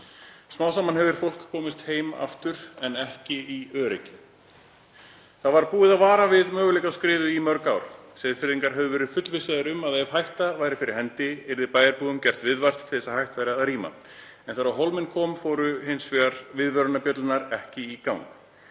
Smám saman hefur fólk komist heim aftur en ekki í öryggi. Það var búið að vara við möguleika á skriðu í mörg ár. Seyðfirðingar höfðu verið fullvissaður um að ef hætta væri fyrir hendi yrði bæjarbúum gert viðvart til að hægt væri að rýma. En þegar á hólminn var komið fóru viðvörunarbjöllurnar hins vegar